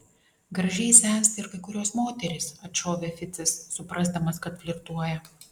gražiai sensta ir kai kurios moterys atšovė ficas suprasdamas kad flirtuoja